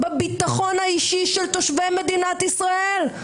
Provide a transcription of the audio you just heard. את ההידרדרות בביטחון האישי של תושבי מדינת ישראל,